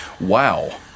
Wow